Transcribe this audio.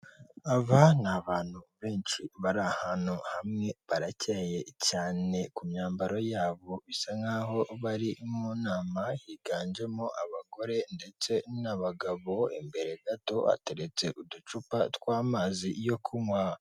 Aba ni abantu benshi bari ahantu hamwe barakeye cyane ku myambaro yabo bisa nk'aho bari mu nama, higanjemo abagore ndetse n'abagabo, imbere gato hateretse uducupa tw'amazi yo kunywa.